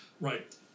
Right